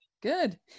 Good